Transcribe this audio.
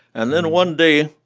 and then one day,